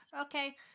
okay